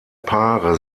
paare